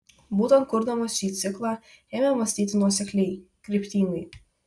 būtent kurdamas šį ciklą ėmė mąstyti nuosekliai kryptingai